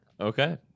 Okay